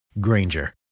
Granger